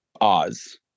Oz